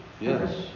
yes